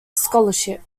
scholarship